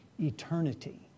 eternity